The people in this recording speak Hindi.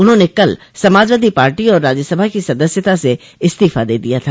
उन्होंने कल समाजवादी पार्टी और राज्यसभा की सदस्यता से इस्तीफा दे ददया था